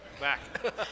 back